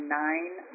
nine